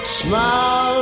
smile